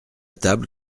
table